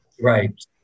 Right